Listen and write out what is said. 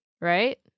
right